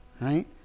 right